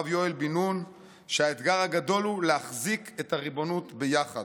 אמר הרב יואל בן נון שהאתגר הגדול הוא להחזיק את הריבונות ביחד.